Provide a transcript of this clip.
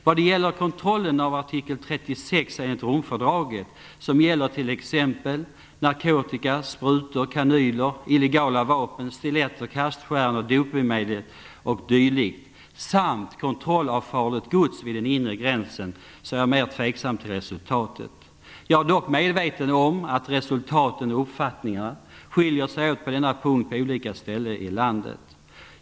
Vad gäller kontrollen av artikel 36 i Romfördraget, som gäller narkotika, sprutor, kanyler, illegala vapen, stiletter, kaststjärnor, dopningsmedel o.d., samt kontrollen av farligt gods vid den inre gränsen, är jag mer tveksam till resultatet. Jag är dock medveten om att resultaten och uppfattningarna på denna punkt skiljer sig åt på olika ställen i landet.